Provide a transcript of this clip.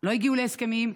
לא הגיעו להסכמים,